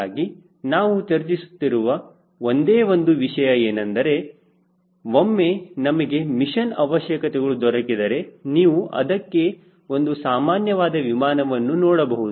ಹೀಗಾಗಿ ನಾವು ಚರ್ಚಿಸುತ್ತಿರುವ ಒಂದೇ ಒಂದು ವಿಷಯ ಏನೆಂದರೆ ಒಮ್ಮೆ ನಮಗೆ ಮಿಷನ್ ಅವಶ್ಯಕತೆಗಳು ದೊರಕಿದರೆ ನೀವು ಅದಕ್ಕೆ ಒಂದು ಸಾಮಾನ್ಯವಾದ ವಿಮಾನವನ್ನು ನೋಡಬಹುದು